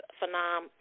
phenom